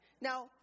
Now